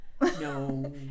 No